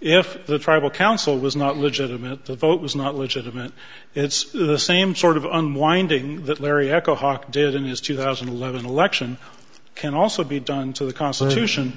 if the tribal council was not legitimate the vote was not legitimate it's the same sort of unwinding that larry eka hoc did in his two thousand and eleven election can also be done to the constitution